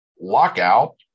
lockout